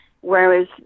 Whereas